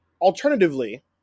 Alternatively